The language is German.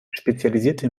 spezialisierte